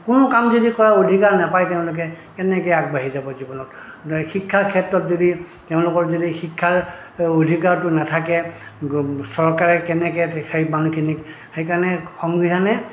কোনো কাম যদি কৰা অধিকাৰ নাপায় তেওঁলোকে কেনেকে আগবাঢ়ি যাব জীৱনত শিক্ষাৰ ক্ষেত্ৰত যদি তেওঁলোকৰ যদি শিক্ষাৰ অধিকাৰটো নাথাকে চৰকাৰে কেনেকে সেই মানুহখিনিক সেইকাৰণে সংবিধানে